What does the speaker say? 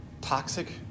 toxic